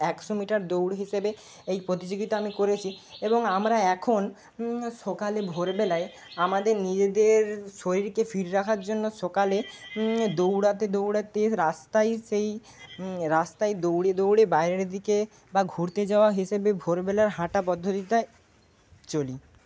একশো মিটার দৌড় হিসেবে এই প্রতিযোগিতা আমি করেছি এবং আমরা এখন সকালে ভোরবেলায় আমাদের নিজেদের শরীরকে ফিট রাখার জন্য সকালে দৌড়াতে দৌড়াতে রাস্তায় সেই রাস্তায় দৌড়ে দৌড়ে বাইরের দিকে বা ঘুরতে যাওয়া হিসেবে ভোরবেলার হাঁটা পদ্ধতিটায় চলি